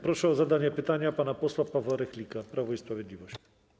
Proszę o zadanie pytania pana posła Pawła Rychlika, Prawo i Sprawiedliwość.